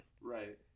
Right